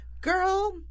girl